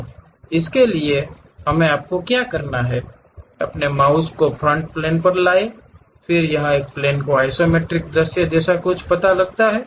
तो इसके लिए हमें आपको क्या करना है अपने माउस को फ्रंट प्लेन पर ले जाएं फिर यह एक प्लेन के आइसोमेट्रिक दृश्य जैसा कुछ पता लगाता है